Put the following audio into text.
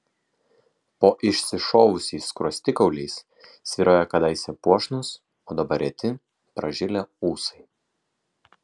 po išsišovusiais skruostikauliais svyrojo kadaise puošnūs o dabar reti pražilę ūsai